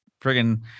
friggin